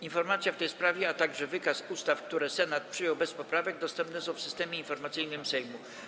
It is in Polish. Informacja w tej sprawie, a także wykaz ustaw, które Senat przyjął bez poprawek, dostępne są w Systemie Informacyjnym Sejmu.